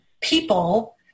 people